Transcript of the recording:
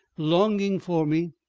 longing for me,